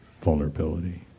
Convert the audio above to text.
vulnerability